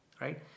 Right